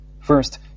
First